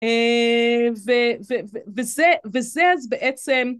וזה, וזה, אז בעצם